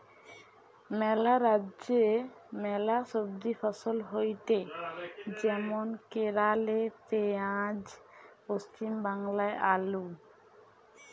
ম্যালা রাজ্যে ম্যালা সবজি ফসল হয়টে যেমন কেরালে পেঁয়াজ, পশ্চিম বাংলায় আলু